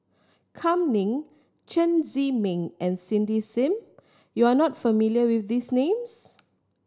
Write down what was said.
Kam Ning Chen Zhiming and Cindy Sim you are not familiar with these names